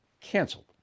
Canceled